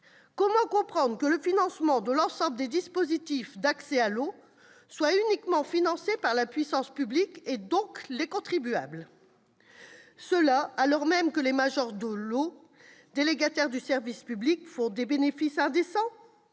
Comment comprendre que l'ensemble des dispositifs d'accès à l'eau soient uniquement financés par la puissance publique, donc les contribuables, alors même que les majors de l'eau, délégataires du service public, réalisent des bénéfices indécents ?